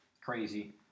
crazy